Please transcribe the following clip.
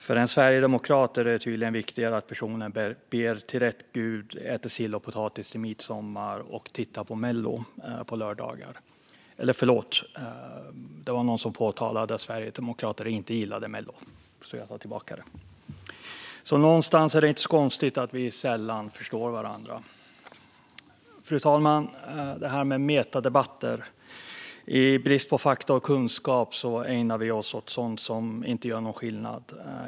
För en sverigedemokrat är det tydligen viktigare att personen ber till rätt gud, äter sill och potatis till midsommar och tittar på mello på lördagar - eller förlåt, det var någon som påpekade att sverigedemokrater inte gillar mello, så jag tar tillbaka det. Någonstans är det alltså inte så konstigt att vi sällan förstår varandra. Fru talman! Det här med metadebatter - i brist på fakta och kunskap ägnar vi oss åt sådant som inte gör någon skillnad.